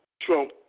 Trump